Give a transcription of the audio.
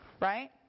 right